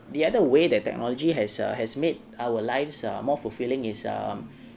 the other way that technology has err has made our lives err more fulfilling is um